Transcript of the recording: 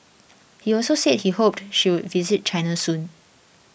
he also said he hoped she would visit China soon